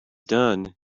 done